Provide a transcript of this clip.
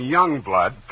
Youngblood